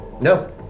No